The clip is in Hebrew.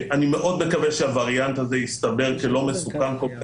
אני מאוד מקווה שהווריאנט הזה יסתבר כלא מסוכן כל כך,